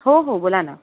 हो हो बोला ना